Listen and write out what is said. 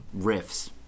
riffs